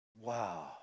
Wow